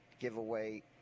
giveaway